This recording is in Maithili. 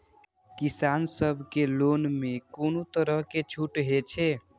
किसान सब के लोन में कोनो तरह के छूट हे छे?